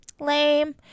Lame